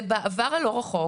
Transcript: ובעבר הלא רחוק,